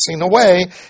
away